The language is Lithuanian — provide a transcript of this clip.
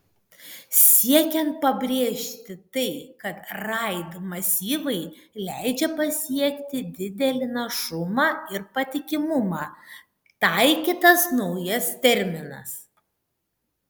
siekiant pabrėžti tai kad raid masyvai leidžia pasiekti didelį našumą ir patikimumą taikytas naujas terminas